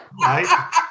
right